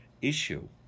issue